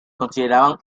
consideraban